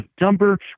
number